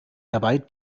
dabei